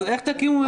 אבל איך תקימו ממשלה?